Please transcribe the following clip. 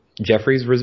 Jeffrey's